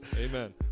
Amen